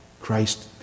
Christ